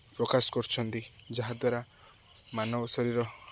ପ୍ରକାଶ କରୁଛନ୍ତି ଯାହା ଦ୍ୱାରା ମାନବ ଶରୀର